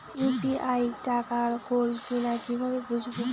UPI টাকা গোল কিনা কিভাবে বুঝব?